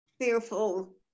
fearful